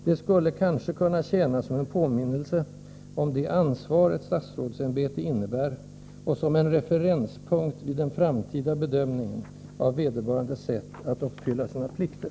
Det skulle kanske kunna tjäna som en påminnelse om det ansvar ett statsrådsämbete innebär och som en referenspunkt vid den framtida bedömningen av vederbörandes sätt att uppfylla sina plikter.